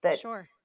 Sure